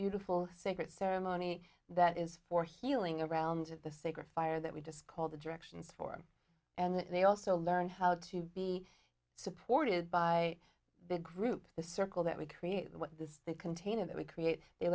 beautiful secret ceremony that is for healing around the sacred fire that we just call the directions for and they also learn how to be supported by big group the circle that we create this container that we create they